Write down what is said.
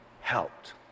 helped